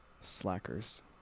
Slackers